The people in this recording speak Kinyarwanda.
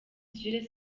jules